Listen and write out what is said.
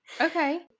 Okay